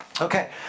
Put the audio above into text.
okay